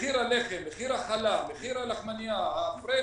מחיר הלחם, מחיר החלה, מחיר הלחמנייה, הפרנה,